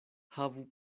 havu